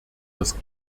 das